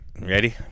ready